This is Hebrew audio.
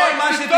כל מה שתרצה,